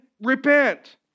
repent